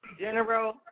General